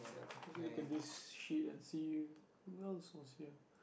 just look at this sheet and see who else was here